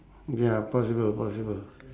ya possible possible